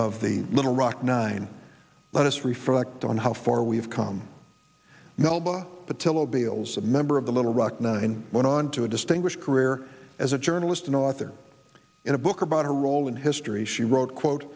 of the little rock nine let us reflect on how far we've come noble patillo beals a member of the little rock nine went on to a distinguished career as a journalist and author in a book about a role in history she wrote quote